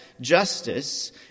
justice